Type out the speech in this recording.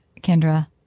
Kendra